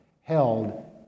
held